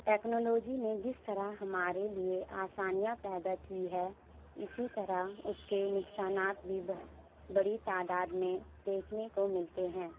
technology نے جس طرح ہمارے لیے آسانیاں پیدا کی ہے اسی طرح اس کے نقصانات بھی بڑی تعداد میں دیکھنے کو ملتے ہیں